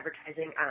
advertising